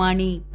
Mani P